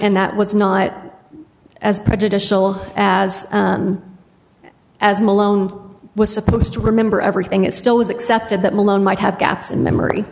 that was not as prejudicial as as malone was supposed to remember everything it still was accepted that malone might have gaps in memory